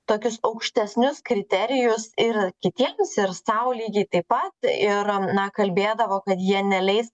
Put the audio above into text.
tokius aukštesnius kriterijus ir kitiems ir sau lygiai taip pat ir na kalbėdavo kad jie neleis